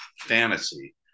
fantasy